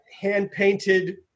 hand-painted